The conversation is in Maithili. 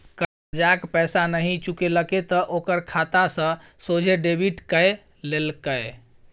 करजाक पैसा नहि चुकेलके त ओकर खाता सँ सोझे डेबिट कए लेलकै